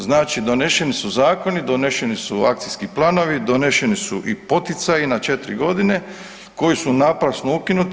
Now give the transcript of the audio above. Znači, doneseni su zakoni, doneseni su akcijski planovi, doneseni su i poticaji na 4 godine koji su naprasno ukinuti.